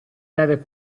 deve